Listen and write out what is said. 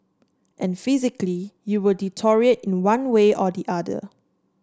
and physically you will deteriorate in one way or the other